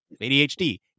ADHD